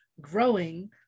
growing